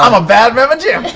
um a bad mama jama.